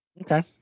okay